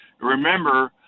Remember